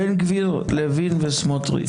בן גביר, לוין וסמוטריץ'.